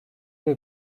les